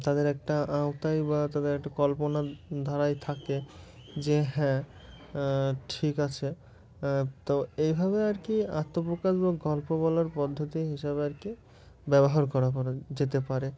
তাদের একটা আওতায় বা তাদের একটা কল্পনার ধারায় থাকে যে হ্যাঁ ঠিক আছে তো এইভাবে আর কি আত্মপ্রকাশ বা গল্প বলার পদ্ধতি হিসাবে আর কি ব্যবহার করা করা যেতে পারে